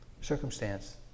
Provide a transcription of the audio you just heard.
Circumstance